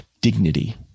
dignity